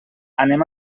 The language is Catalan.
anem